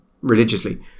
religiously